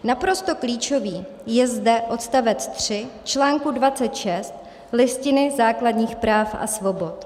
Naprosto klíčový je zde odstavec 3 článku 26 Listiny základních práv a svobod.